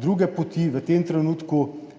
druge poti v tem trenutku